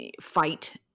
fight